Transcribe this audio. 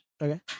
Okay